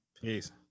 peace